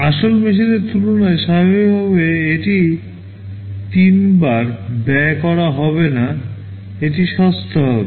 আসল মেশিনের তুলনায় স্বাভাবিকভাবে এটি তিনবার ব্যয় করা হবে না এটি সস্তা হবে